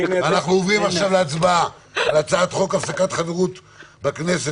אנחנו עוברים להצבעה על הצעת חוק הפסקת חברות בכנסת